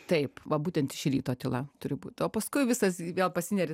taip va būtent iš ryto tyla turi būt o paskui visas vėl pasineri